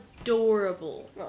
adorable